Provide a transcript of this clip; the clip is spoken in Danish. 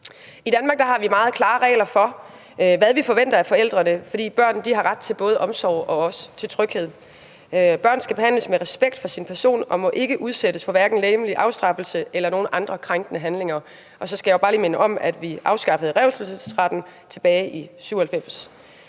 I Danmark har vi meget klare regler for, hvad vi forventer af forældrene, for børn har ret til både omsorg og tryghed. Børn skal behandles med respekt for deres person og må hverken udsættes for legemlig afstraffelse eller andre krænkende handlinger. Og så skal jeg jo bare lige minde om, at vi afskaffede revselsesretten tilbage i 1997